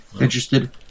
interested